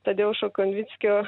tadeušo konvickio